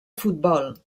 futbol